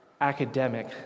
academic